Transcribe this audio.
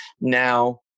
Now